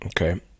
Okay